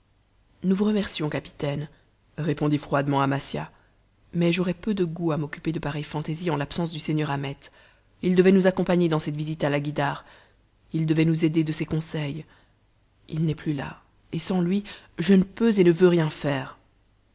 nous vous remercions capitaine répondit froidement amasia mais j'aurais peu de goût à m'occuper de pareilles fantaisies en l'absence du seigneur ahmet il devait nous accompagner dans cette visite à la guïdare il devait nous aider de ses conseils il n'est plus là et sans lui je ne peux et ne veux rien faire